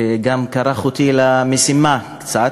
וגם כרך אותי למשימה קצת,